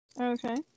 Okay